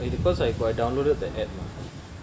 because I downloaded the app